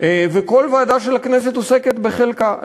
וכל ועדה של הכנסת עוסקת בחלקה.